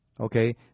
Okay